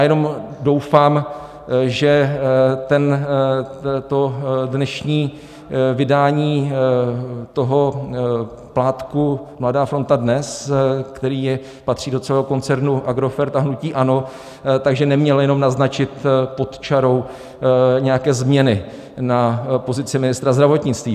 Jenom doufám, že dnešní vydání toho plátku Mladá fronta DNES, který patří do celého koncernu Agrofert a hnutí ANO, že nemělo jenom naznačit pod čarou nějaké změny na pozici ministra zdravotnictví.